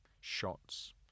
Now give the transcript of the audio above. shots